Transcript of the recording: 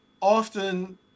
often